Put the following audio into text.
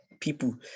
people